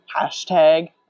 hashtag